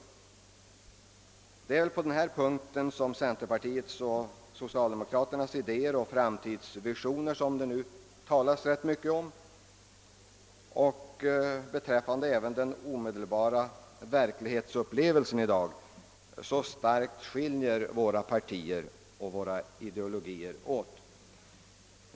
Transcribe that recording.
Det är väl på den här punkten som centerpartiets och socialdemokraternas idéer och framtidsvisioner, som det nu talas så mycket om, samt även beträffande den omedelbara verklighetsupplevelsen i dag som våra partiers ideologier skiljer sig så starkt.